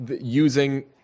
using